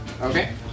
Okay